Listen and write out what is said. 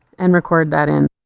and record that in.